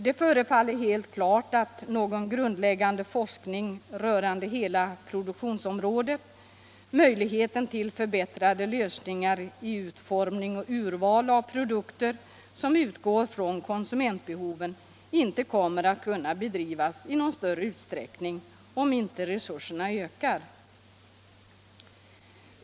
Det förefaller helt klart att någon grundläggande forskning rörande hela produktionsområdet och möjligheten till förbättrade lösningar i fråga om utformning och urval av produkter som utgår från konsumentbehoven inte kommer att kunna bedrivas i någon större utsträckning, om inte resurserna ökar.